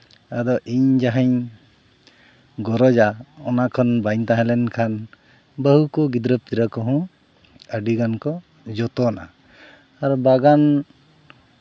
ᱟᱨᱚ ᱤᱧ ᱡᱟᱦᱟᱸᱧ ᱜᱚᱨᱚᱡᱟ ᱚᱱᱟᱠᱷᱚᱱ ᱵᱟᱹᱧ ᱛᱟᱦᱮᱸ ᱞᱮᱱᱠᱷᱟᱱ ᱵᱟᱹᱦᱩ ᱠᱚ ᱜᱤᱫᱽᱨᱟᱹ ᱯᱤᱫᱽᱨᱟᱹ ᱠᱚᱦᱚᱸ ᱟᱹᱰᱤᱜᱟᱱ ᱠᱚ ᱡᱚᱛᱚᱱᱟ ᱟᱨ ᱵᱟᱜᱟᱱ